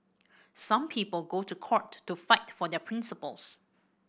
some people go to court to fight for their principles